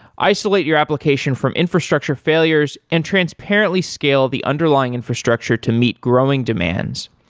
isolate your application from infrastructure failures and transparently scale the underlying infrastructure to meet growing demands,